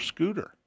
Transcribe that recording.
Scooter